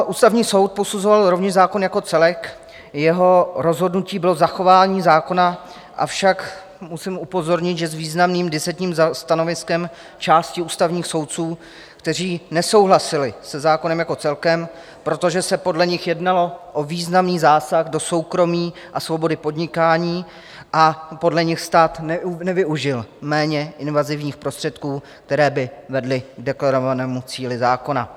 Ústavní soud posuzoval rovněž zákon jako celek, jeho rozhodnutí bylo zachování zákona, avšak musím upozornit, že s významným disentním stanoviskem části ústavních soudců, kteří nesouhlasili se zákonem jako celkem, protože se podle nich jednalo o významný zásah do soukromí a svobody podnikání a podle nich stát nevyužil méně invazivních prostředků, které by vedly k deklarovanému cíli zákona.